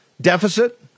deficit